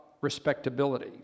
respectability